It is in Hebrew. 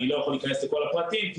אני לא יכול להיכנס לכל הפרטים,